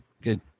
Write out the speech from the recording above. good